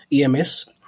EMS